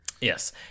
Yes